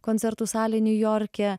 koncertų salė niujorke